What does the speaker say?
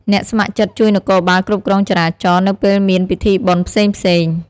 អ្នកស្ម័គ្រចិត្តជួយនគរបាលគ្រប់គ្រងចរាចរណ៍ នៅពេលមានពិធីបុណ្យផ្សេងៗ។